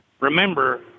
remember